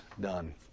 done